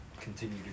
continue